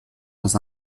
dans